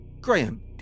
Graham